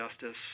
justice